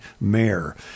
mayor